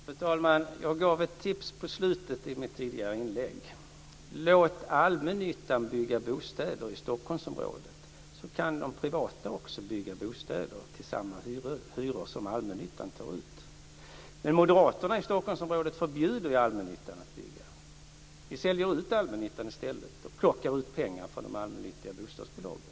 Fru talman! Jag gav ett tips i slutet av mitt tidigare inlägg. Låt allmännyttan bygga bostäder i Stockholmsområdet, då kan de privata också bygga bostäder till samma hyror som allmännyttan tar ut. Men moderaterna i Stockholmsområdet förbjuder allmännyttan att bygga. Ni säljer ut allmännyttan i stället och plockar ut pengar från de allmännyttiga bostadsbolagen.